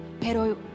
Pero